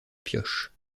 pioche